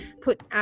put